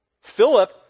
Philip